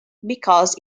because